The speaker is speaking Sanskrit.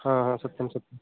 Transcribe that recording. हा हा सत्यं सत्यं